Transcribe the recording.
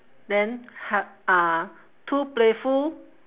then ha~ uh too playful